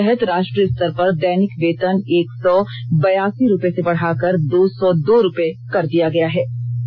योजना के तहत राष्ट्रीय स्तर पर दैनिक वेतन एक सौ बयासी रूपये से बढ़ाकर दो सौ दो रूपये कर दिया गया है